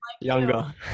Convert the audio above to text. younger